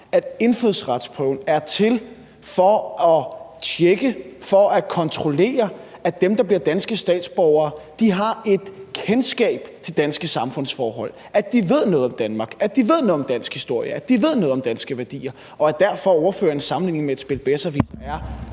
at indfødsretsprøven er til for at tjekke, for at kontrollere, at dem, der bliver danske statsborgere, har et kendskab til danske samfundsforhold, at de ved noget om Danmark, at de ved noget om dansk historie, at de ved noget om danske værdier? Ordførerens sammenligning med et spil Bezzerwisser er